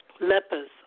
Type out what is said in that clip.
Lepers